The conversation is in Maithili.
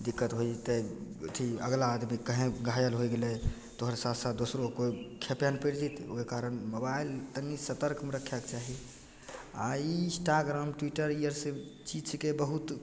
दिक्कत होइ जएतै अथी अगिला आदमीके कहीँ घायल होइ गेलै तोहर साथ साथ दोसरो कोइ खेपैमे पड़ि जएतै ओहि कारण मोबाइल तनि सतर्कमे रखैके चाही आओर इन्स्टाग्राम ट्विटर ई आओर सब चीज छिकै बहुत